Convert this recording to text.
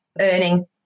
earning